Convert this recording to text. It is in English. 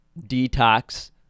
detox